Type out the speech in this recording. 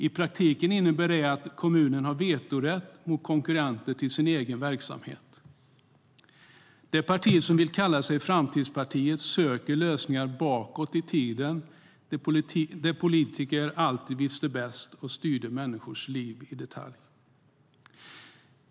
I praktiken innebär det att kommunen har vetorätt mot konkurrenter till sin egen verksamhet. Det parti som vill kalla sig framtidspartiet söker lösningar bakåt i tiden, där politiker alltid visste bäst och styrde människornas liv i detalj.